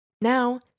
Now